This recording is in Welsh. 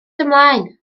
ymlaen